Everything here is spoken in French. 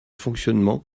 fonctionnement